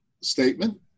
statement